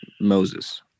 moses